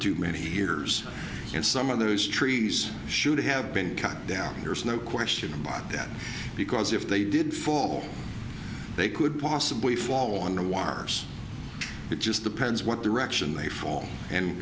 too many years and some of those trees should have been cut down there's no question about that because if they did fall they could possibly fall on the wires it just depends what the rection they fall and